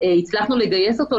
הצלחנו לגייס אותו.